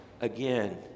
again